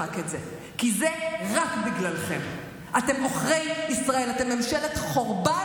הרחקתם אנשים מהדת, גועל נפש.